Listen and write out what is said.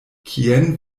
kien